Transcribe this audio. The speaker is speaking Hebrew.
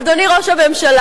אדוני ראש הממשלה,